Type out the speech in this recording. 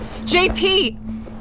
JP